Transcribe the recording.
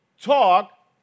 talk